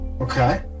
okay